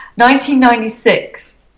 1996